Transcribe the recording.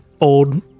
old